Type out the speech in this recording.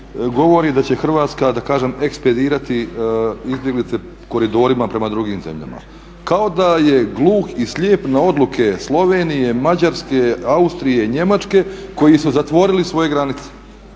govori da će Hrvatska da kažem ekspedirati izbjeglice koridorima prema drugim zemljama. Kao da je gluh i slijep na odluke Slovenije, Mađarske, Austrije, Njemačke koji su zatvorili svoje granice.